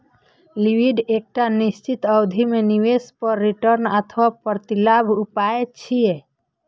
yield एकटा निश्चित अवधि मे निवेश पर रिटर्न अथवा प्रतिलाभक उपाय छियै